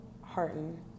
hearten